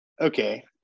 okay